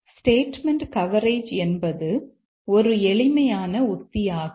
statement coverage என்பது ஒரு எளிமையான உத்திஆகும்